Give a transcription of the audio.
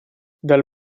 dal